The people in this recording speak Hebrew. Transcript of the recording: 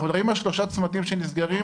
אנחנו מדברים על שלושה צמתים שנסגרים,